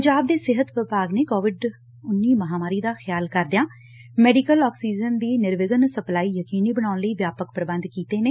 ਪੰਜਾਬ ਦੇ ਸਿਹਤ ਵਿਭਾਗ ਨੇ ਕੋਵਿਡ ਮਹਾਮਾਰੀ ਦਾ ਖਿਆਲ ਕਰਦਿਆਂ ਮੈਡੀਕਲ ਆਕਸੀਜਨ ਦੀ ਨਿਰਵਿਘਨ ਸਪਲਾਈ ਯਕੀਨੀ ਬਣਾਉਣ ਲਈ ਵਿਆਪਕ ਪ੍ਰਬੰਧ ਕੀਤੇ ਨੇ